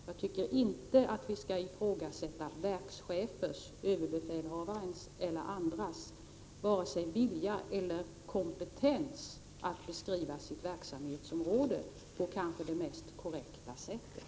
Jag tycker inte att vi skall ifrågasätta verkschefers, överbefälhavarens eller andras vare sig vilja eller kompetens att beskriva sitt verksamhetsområde på kanske det mest korrekta sättet.